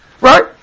Right